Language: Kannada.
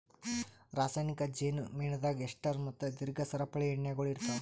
ರಾಸಾಯನಿಕ್ ಜೇನು ಮೇಣದಾಗ್ ಎಸ್ಟರ್ ಮತ್ತ ದೀರ್ಘ ಸರಪಳಿ ಎಣ್ಣೆಗೊಳ್ ಇರ್ತಾವ್